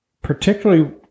particularly